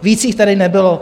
Víc jich tady nebylo.